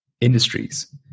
industries